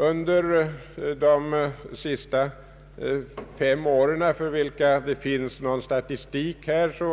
Under de fem senaste år för vilka det finns någon statistik